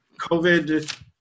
COVID